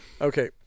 Okay